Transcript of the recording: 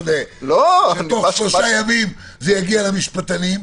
תוך שלושה ימים זה יגיע למשפטנים,